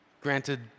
Granted